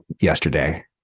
yesterday